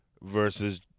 versus